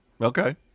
Okay